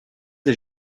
des